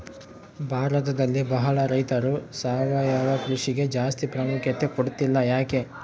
ಭಾರತದಲ್ಲಿ ಬಹಳ ರೈತರು ಸಾವಯವ ಕೃಷಿಗೆ ಜಾಸ್ತಿ ಪ್ರಾಮುಖ್ಯತೆ ಕೊಡ್ತಿಲ್ಲ ಯಾಕೆ?